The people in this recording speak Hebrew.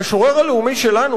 המשורר הלאומי שלנו,